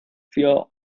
wir